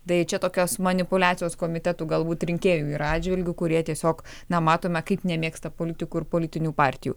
tai čia tokios manipuliacijos komitetų galbūt rinkėjų ir atžvilgiu kurie tiesiog na matome kaip nemėgsta politikų ir politinių partijų